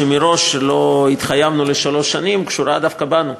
לכך שלא התחייבנו מראש לשלוש שנים קשורה דווקא בנו.